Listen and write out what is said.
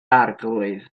arglwydd